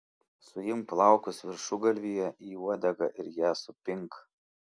suimk plaukus viršugalvyje į uodegą ir ją supink